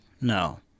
No